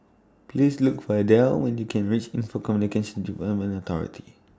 Please Look For Adele when YOU Can REACH Info Communications Development Authority